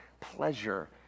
pleasure